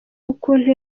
ukuntu